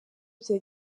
bya